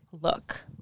look